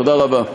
תודה רבה.